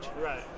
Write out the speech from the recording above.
right